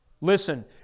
Listen